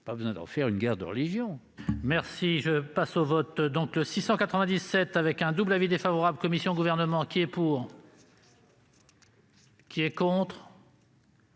Pas besoin d'en faire une guerre de religion